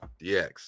DX